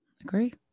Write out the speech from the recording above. Agree